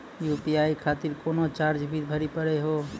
UPI खातिर कोनो charge भी भरी पड़ी हो?